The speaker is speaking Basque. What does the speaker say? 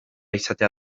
izatea